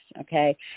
okay